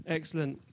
Excellent